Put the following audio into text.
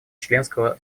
членского